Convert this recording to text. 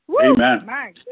Amen